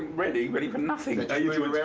ready? ready for nothing. i